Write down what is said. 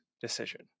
decision